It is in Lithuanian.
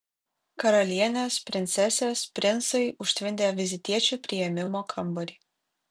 karalienės princesės princai užtvindė vizitiečių priėmimo kambarį